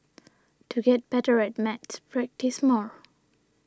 to get better at maths practise more